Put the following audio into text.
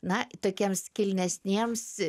na tokiems kilnesniems